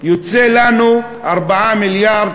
יוצא לנו 4 מיליארד,